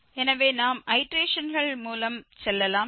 எனவே நாம் ஐடேரேஷன்கள் மூலம் செல்லலாம்